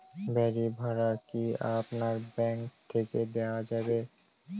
বাড়ী ভাড়া কি আপনার ব্যাঙ্ক থেকে দেওয়া যাবে?